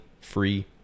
free